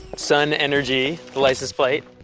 sun energy, the license plate,